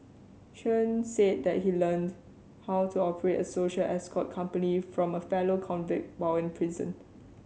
Chen said that he learned how to operate a social escort company from a fellow convict while in prison